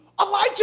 Elijah